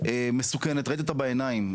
מסוכנת ראיתי אותה בעיניים.